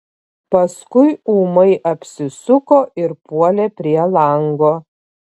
paskui ūmai apsisuko ir puolė prie lango